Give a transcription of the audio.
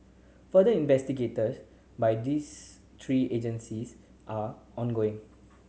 further investigators by these three agencies are ongoing